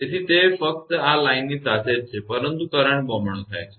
તેથી તે ફક્ત આ લાઇનની સાથે જ છે પરંતુ કરંટ બમણો થાય છે